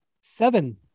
seven